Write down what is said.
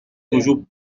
toujours